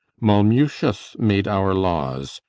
mulmutius made our laws,